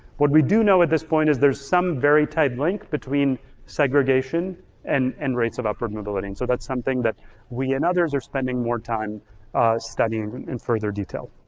what we do know at this point is there's some very tied link between segregation and and rates of upward mobility and so that's something that we and others are spending more time studying in further detail.